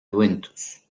juventus